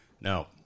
Now